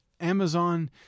Amazon